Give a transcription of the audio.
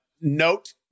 note